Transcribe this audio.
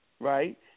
Right